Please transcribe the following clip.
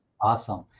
awesome